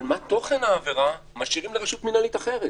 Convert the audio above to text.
אבל מה תוכן העבירה משאירים לרשות מנהלית אחרת.